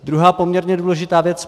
Druhá poměrně důležitá věc.